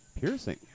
Piercing